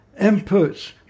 inputs